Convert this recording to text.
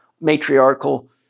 matriarchal